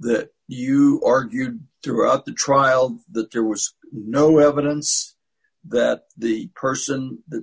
that you argued throughout the trial that there was no evidence that the person that